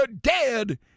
dead